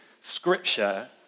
scripture